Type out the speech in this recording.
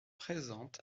présente